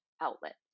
outlet